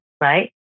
right